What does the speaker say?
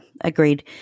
agreed